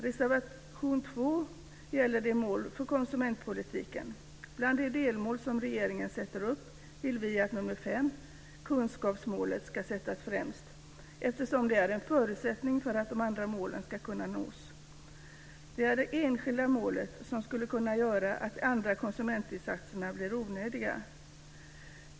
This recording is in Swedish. Reservation 2 gäller målen för konsumentpolitiken. Bland de delmål som regeringen sätter upp vill vi att det femte, kunskapsmålet, ska sättas främst, eftersom det är en förutsättning för att de andra målen ska kunna nås. Det är det enskilda mål som skulle kunna göra att de andra konsumentinsatserna blir onödiga.